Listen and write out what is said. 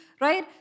right